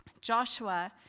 Joshua